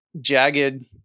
jagged